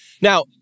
Now